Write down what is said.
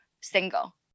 single